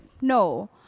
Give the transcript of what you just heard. No